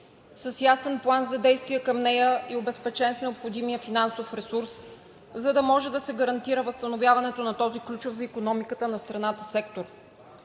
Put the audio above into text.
с ясен план за действие към нея, обезпечен с необходимия финансов ресурс, за да може да се гарантира възстановяването на този ключов за икономиката на страната сектор.